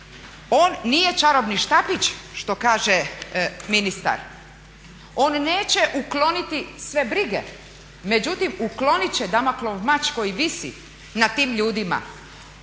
On nije čarobni štapić što kaže ministar, on neće ukloniti sve brige, međutim ukloniti će Damoklov mač koji visi nad tim ljudima.